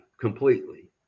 completely